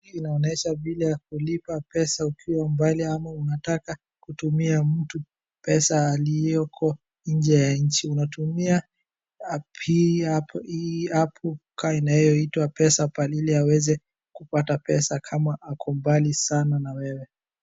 Inaonyesha vile ya kulipa pesa ukiwa mbali ama unataka kutumia mtu pesa aliyoko nje ya nchi. Unatumia appu, hii apu kaa inayoitwa Pesapal ili aweze kupata pesa kama ako mbali sana na wewe.